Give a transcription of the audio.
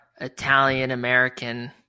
Italian-American